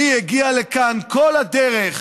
מי הגיע לכאן כל הדרך,